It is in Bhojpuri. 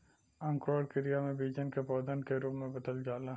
अंकुरण क्रिया में बीजन के पौधन के रूप में बदल जाला